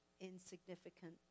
insignificant